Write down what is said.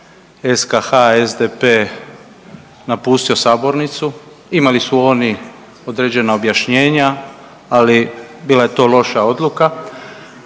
SKH SDP napustio sabornicu. Imali su oni određena objašnjenja, ali bila je to loša odluka.